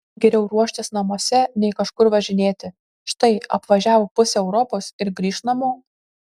geriau ruoštis namuose nei kažkur važinėti štai apvažiavo pusę europos ir grįš namo